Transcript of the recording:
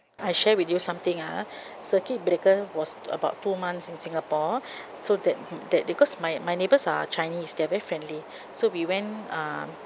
I share with you something ah circuit breaker was about two months in singapore so that that because my my neighbours are chinese they're very friendly so we went uh